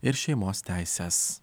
ir šeimos teises